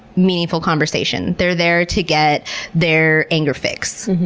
meaningful conversation. they're there to get their anger fix.